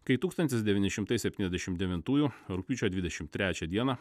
kai tūkstantis devyni šimtai septyniasdešim devintųjų rugpjūčio dvidešim trečią dieną